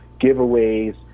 giveaways